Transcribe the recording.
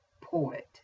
poet